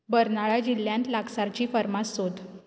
बर्नाळा जिल्ल्यांत लागसारची फर्मास सोद